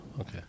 okay